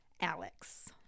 Alex